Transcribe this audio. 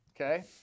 okay